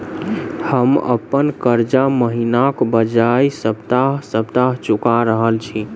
हम अप्पन कर्जा महिनाक बजाय सप्ताह सप्ताह चुका रहल छि